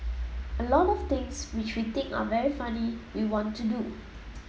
a lot of things which we think are very funny we want to do